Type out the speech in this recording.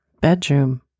bedroom